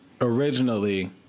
originally